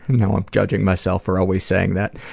now i'm judging myself for always saying that.